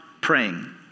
praying